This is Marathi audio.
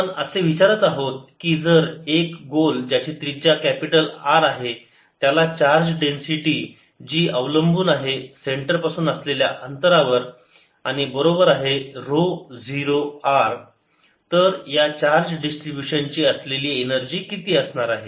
आपण असे विचारत आहोत की जर एक गोल ज्याची त्रिजा कॅपिटल R आहे त्याला चार्ज डेन्सिटी जी अवलंबून आहे सेंटर पासून असलेल्या अंतरावर आणि बरोबर आहे ऱ्हो 0 r तर या चार्ज डिस्ट्रीब्यूशन ची असलेली एनर्जी किती असणार आहे